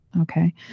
okay